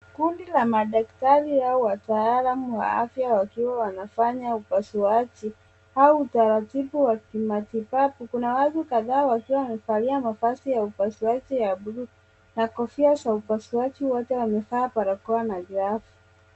Kundi la madaktari au wataalam wa afya wakiwa wanafanya upasuaji au utaratibu wa kimatibabu. Kuna watu kadhaa wakiwa wamevalia mavazi ya upasuaji ya buluu na kofia za upasuaji wote wamekaa barakoa na viatu.